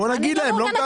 בואי נגיד להם.